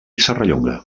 serrallonga